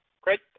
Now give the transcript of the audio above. Great